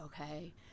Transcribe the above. okay